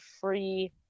free